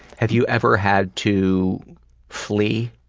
have you ever had to flee?